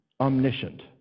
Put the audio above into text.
omniscient